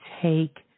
take